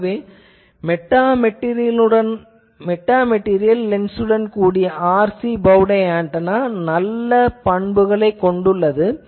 ஆகவே metamaterial lens உடன் கூடிய RC பௌ டை ஆன்டெனா பல நல்ல பண்புகளைக் கொண்டது